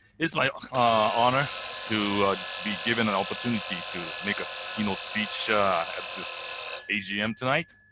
it's my ah honor to be given an opportunity to make a keynote speech at this agm tonight.